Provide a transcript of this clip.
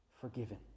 Forgiven